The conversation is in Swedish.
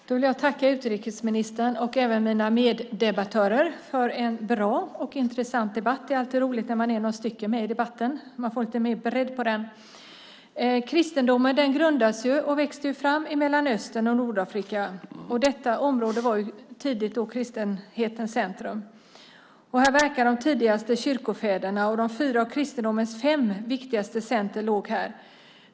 Fru talman! Jag vill tacka utrikesministern och även mina meddebattörer för en bra och intressant debatt. Det är alltid roligt när man är några stycken i debatten. Då får man lite mer bredd. Kristendomen grundades och växte fram i Mellanöstern och Nordafrika, och detta område var tidigt kristenhetens centrum. Här verkade de tidigaste kyrkofäderna, och fyra av kristendomens fem viktigaste centrum låg här.